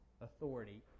authority